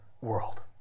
world